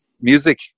Music